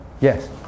yes